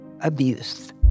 abuse